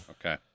Okay